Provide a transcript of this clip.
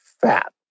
fat